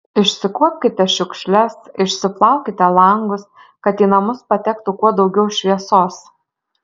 išsikuopkite šiukšles išsiplaukite langus kad į namus patektų kuo daugiau šviesos